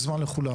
יש זמן לכולנו.